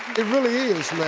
it really is,